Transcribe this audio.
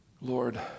Lord